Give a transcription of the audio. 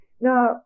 Now